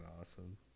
awesome